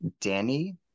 Danny